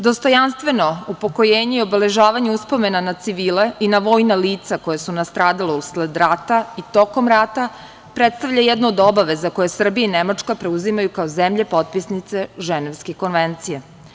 Dostojanstveno upokojenje i obeležavanje uspomena na civile i na vojna lica koja su nastradala usled rata i tokom rata predstavlja jedna od obaveza koje Srbija i Nemačka preuzimaju, kao zemlje potpisnice Ženevske konvencije.